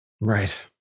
Right